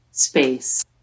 space